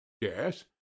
Yes